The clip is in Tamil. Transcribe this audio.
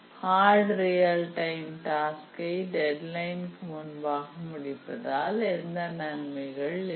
ஹார்ட் ரியல் டைம் டாஸ்கை டெட்லைனுக்கு முன்பாக முடிப்பதால் எந்த நன்மைகள்இல்லை